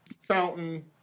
fountain